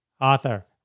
author